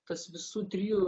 tas visų trijų